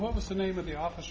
what was the name of the office